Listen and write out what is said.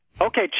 Okay